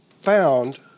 found